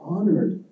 Honored